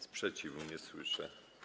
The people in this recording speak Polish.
Sprzeciwu nie słyszę.